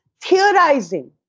theorizing